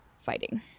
fighting